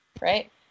right